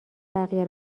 بقیه